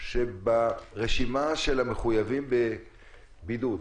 שברשימת המחויבים בבידוד,